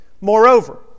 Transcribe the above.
Moreover